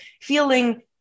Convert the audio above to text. feeling